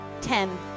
Ten